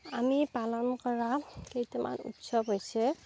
আমি পালন কৰা কেইটামান উৎসৱ হৈছে